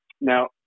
Now